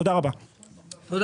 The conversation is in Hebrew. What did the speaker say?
תודה